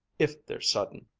if they're sudden.